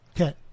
Okay